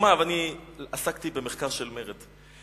עסקתי במחקר של מרד.